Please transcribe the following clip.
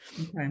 Okay